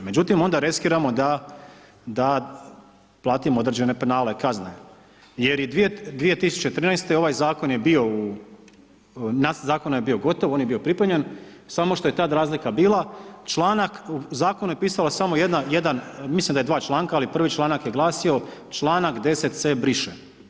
Međutim onda reskiramo da platimo određene penale, kazne jer je 2013. ovaj zakon je bio u, nacrt zakona je bio gotov on je bio pripremljen, samo što je tad razlika bila članak, u zakonu je pisala samo jedna, jedan, mislim da je 2 članka, ali prvi članak je glasio članak 10c. briše.